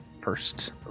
First